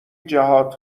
جهات